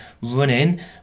running